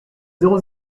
zéro